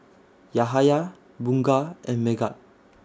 Yahaya Bunga and Megat